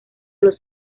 los